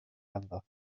ganddo